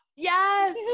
Yes